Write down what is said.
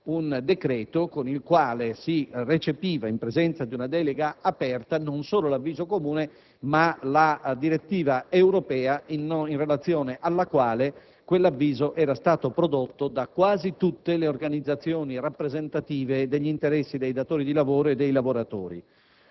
un decreto con il quale si recepiva, in presenza di una delega aperta, non solo l'avviso comune, ma anche la direttiva europea in relazione alla quale detto avviso era stato prodotto da quasi tutte le organizzazioni rappresentative degli interessi dei datori di lavoro e dei lavoratori.